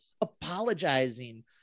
apologizing